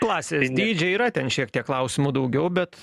klasės dydžiai yra ten šiek tiek klausimų daugiau bet